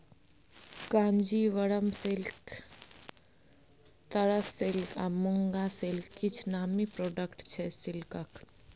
Kanjeevaram silk, tussar silk आ muga silk किछ नामी प्रोडक्ट छै सिल्कक